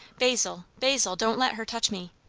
basil, basil, don't let her touch me.